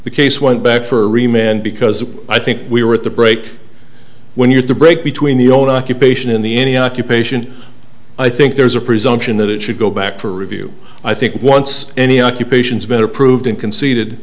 the case went back for remained because i think we were at the break when you're the break between the old occupation in the any occupation i think there's a presumption that it should go back for review i think once any occupations been approved and conce